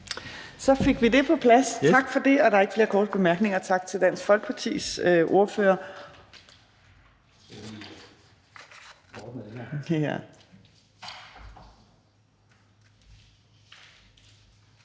Så fik vi det på plads. Tak for det, og der er ikke flere korte bemærkninger. Tak til Dansk Folkepartis ordfører.